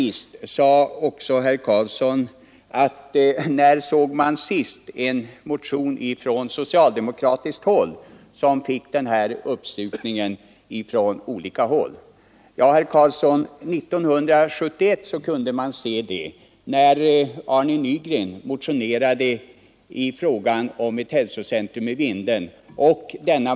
Till sist frågade herr Karlsson, när man senast såg en socialdemokratisk motion som mött en sådan uppslutning från olika håll. Ja, herr Karlsson, en sådan uppslutning förekom år 1971, när herr Nygren motionerade i frågan om ett hälsocentrum i Vindeln.